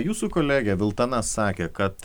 jūsų kolegė viltana sakė kad